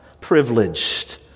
privileged